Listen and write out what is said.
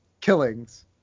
killings